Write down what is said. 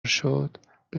شد، به